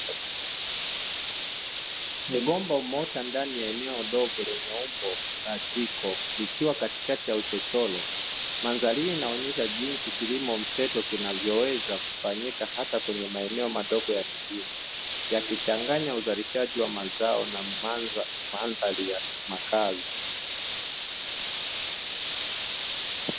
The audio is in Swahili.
Mgomba umeota ndani ya eneo dogo lenye umbo la jiko, likiwa katikati ya uchochoro. Mandhari hii inaonesha jinsi kilimo mseto kinavyoweza kufanyika hata kwenye maeneo madogo ya mijini, yakichanganya uzalishaji wa mazao na mandhari ya makazi.